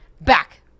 back